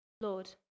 Lord